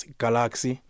galaxy